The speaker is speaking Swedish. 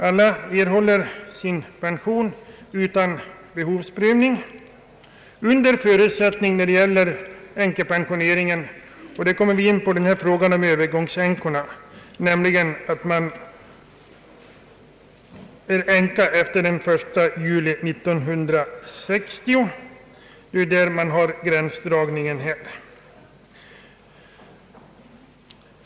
Alla erhåller sin pension utan behovsprövning, men annorlunda är det när det gäller änkepensioneringen under förutsättning — och här kommer vi in på frågan om övergångsänkorna — att man blivit änka före den 1 juli 1960. Där går gränsen.